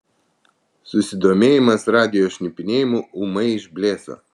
susidomėjimas radijo šnipinėjimu ūmai išblėso